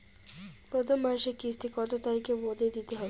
প্রথম মাসের কিস্তি কত তারিখের মধ্যেই দিতে হবে?